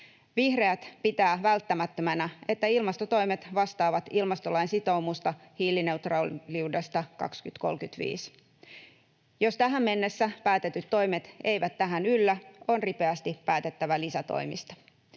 Vihreät pitävät välttämättömänä, että ilmastotoimet vastaavat ilmastolain sitoumusta hiilineutraaliudesta 2035. Jos tähän mennessä päätetyt toimet eivät tähän yllä, on ripeästi päätettävä lisätoimista.